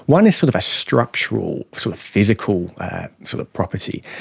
one is sort of a structural so physical sort of property.